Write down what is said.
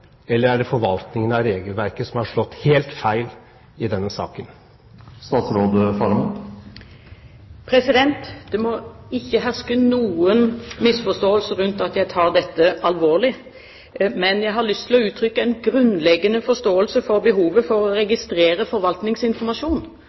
eller er det forvaltningen av regelverket som har slått helt feil i denne saken? Det må ikke herske noen misforståelse rundt at jeg tar dette alvorlig. Men jeg har lyst til å uttrykke en grunnleggende forståelse for behovet for å